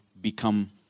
become